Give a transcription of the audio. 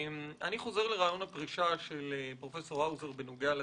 אני חוזר לראיון הפרישה של פרופ' האוזר בנוגע לתספורות.